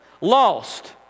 Lost